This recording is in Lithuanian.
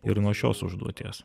ir nuo šios užduoties